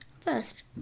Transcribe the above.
First